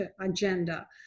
agenda